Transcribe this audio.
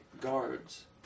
guards